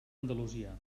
andalusia